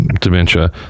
dementia